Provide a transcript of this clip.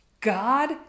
God